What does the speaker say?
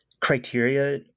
criteria